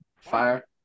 Fire